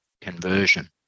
conversion